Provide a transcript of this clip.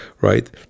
right